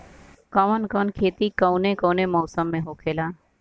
कवन कवन खेती कउने कउने मौसम में होखेला?